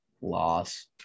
loss